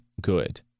Good